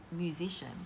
musician